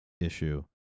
issue